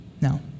Now